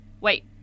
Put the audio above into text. wait